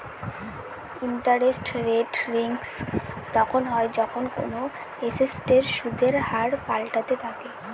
interest rate risk তখন হয় যখন কোনো এসেটের সুদের হার পাল্টাতে থাকে